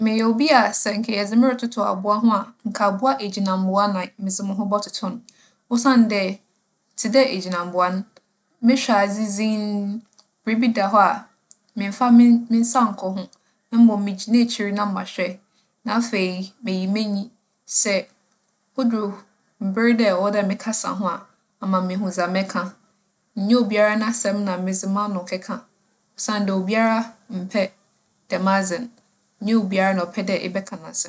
Meyɛ obi a sɛ nka yɛdze me rototo abowa ho a nka abowa egyinambowa na medze moho bͻtoto no. Osiandɛ, tse dɛ egyinambowa no, mehwɛ adze dzinn. Biribi da hͻ a, memmfa me n - me nsa nnkͻ ho na mbom migyina ekyir na mahwɛ, na afei, meyi m'enyi. Sɛ odur ber dɛ ͻwͻ dɛ mekasa ho a, ama meehu dza mɛka. Nnyɛ obiara n'asɛm na medze m'ano kɛka osiandɛ obiara mmpɛ dɛm adze no. Nnyɛ obiara na ͻpɛ dɛ ebɛka n'asɛm.